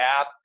app